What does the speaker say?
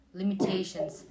limitations